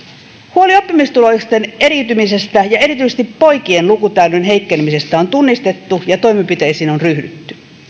huoli oppimistulosten eriytymisestä ja erityisesti poikien lukutaidon heikkenemisestä on tunnistettu ja toimenpiteisiin on ryhdytty